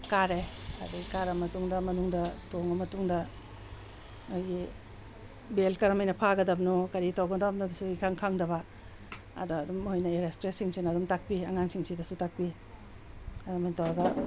ꯀꯥꯔꯦ ꯑꯗꯒꯤ ꯀꯥꯔꯕ ꯃꯇꯨꯡꯗ ꯃꯅꯨꯡꯗ ꯇꯣꯡꯉ ꯃꯇꯨꯡꯗ ꯑꯩꯒꯤ ꯕꯦꯜꯠ ꯀꯔꯝꯃꯥꯏꯅ ꯐꯥꯒꯗꯕꯅꯣ ꯀꯔꯤ ꯇꯧꯒꯗꯕꯅꯣꯗꯨꯁꯨ ꯏꯈꯪ ꯈꯪꯗꯕ ꯑꯗꯣ ꯑꯗꯨꯝ ꯃꯣꯏꯅ ꯑꯦꯌꯥꯔ ꯍꯣꯁꯇꯦꯁꯁꯤꯡꯁꯤꯅ ꯑꯗꯨꯝ ꯇꯥꯛꯄꯤ ꯑꯉꯥꯡꯁꯤꯡꯁꯤꯗꯁꯨ ꯇꯥꯛꯄꯤ ꯑꯗꯨꯃꯥꯏꯅ ꯇꯧꯔꯒ